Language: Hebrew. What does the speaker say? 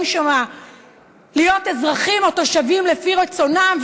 שם להיות אזרחים או תושבים לפי רצונם,